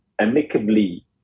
amicably